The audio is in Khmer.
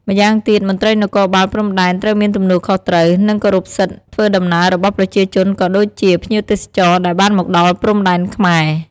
ម្យ៉ាងទៀតមន្រ្តីនគរបាលព្រំដែនត្រូវមានទំនួលខុសត្រូវ និងគោរពសិទ្ធិធ្វើដំណើររបស់ប្រជាជនក៏ដូចជា ភ្ញៀវទេសចរណ៍ដែលបានមកដល់ព្រំដែនខ្មែរ។